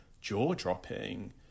jaw-dropping